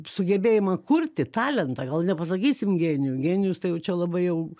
sugebėjimą kurti talentą gal nepasakysim genijų genijus tai jau čia labai jau